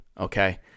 okay